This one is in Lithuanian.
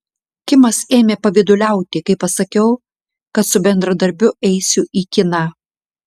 kimas ėmė pavyduliauti kai pasakiau kad su bendradarbiu eisiu į kiną